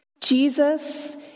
Jesus